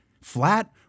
Flat